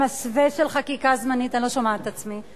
במסווה של חקיקה זמנית, אני לא שומעת את עצמי,